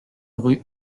rue